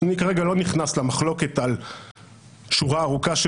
אני כרגע לא נכנס למחלוקת על שורה ארוכה של